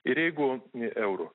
ir jeigu eurų